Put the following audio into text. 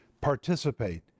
participate